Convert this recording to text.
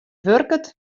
wurket